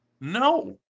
No